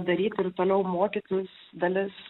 daryti ir toliau mokytis dalis